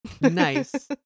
Nice